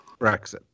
Brexit